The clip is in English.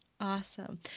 Awesome